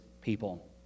people